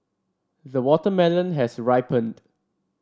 the watermelon has ripened